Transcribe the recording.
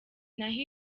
naho